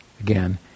again